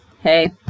hey